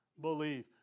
believe